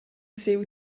siu